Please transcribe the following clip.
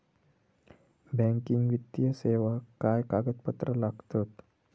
Banking वित्तीय सेवाक काय कागदपत्र लागतत?